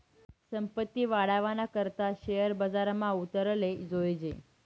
संपत्ती वाढावाना करता शेअर बजारमा उतराले जोयजे